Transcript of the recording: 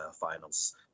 finals